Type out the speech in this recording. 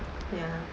ya